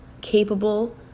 capable